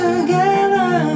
together